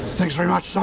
thanks very much, so